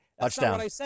Touchdown